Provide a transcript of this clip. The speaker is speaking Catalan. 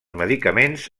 medicaments